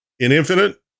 Infinite